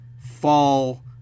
fall